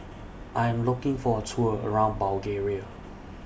I Am looking For A Tour around Bulgaria